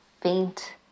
faint